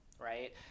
right